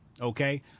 Okay